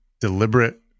deliberate